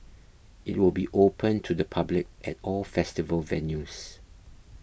it will be open to the public at all festival venues